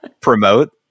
promote